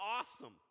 awesome